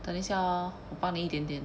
等一下 orh 我帮你一点点